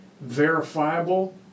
verifiable